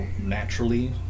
naturally